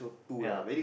ya